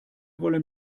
wollen